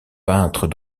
peintres